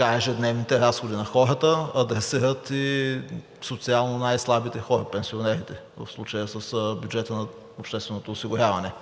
ежедневните разходи на хората, адресират и социално най-слабите хора – пенсионерите, в случая с бюджета на общественото осигуряване.